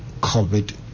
COVID